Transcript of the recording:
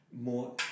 more